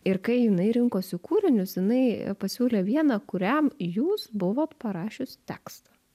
ir kai jinai rinkosi kūrinius jinai pasiūlė vieną kuriam jūs buvot parašius tekstą